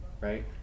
right